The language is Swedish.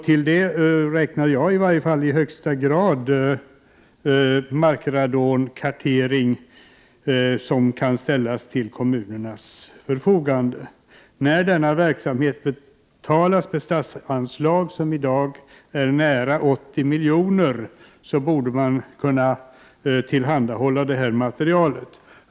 Dit räknar i varje fall jag i högsta grad den markradonkartering som kan ställas till kommuneras förfogande. När denna verksamhet betalas med statsanslag, som i dag uppgår till nära 80 milj.kr., borde man kunna tillhandahålla detta material.